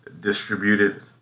distributed